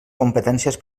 competències